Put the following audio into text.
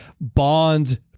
bond